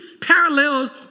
parallels